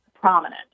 prominent